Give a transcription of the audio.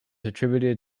attributed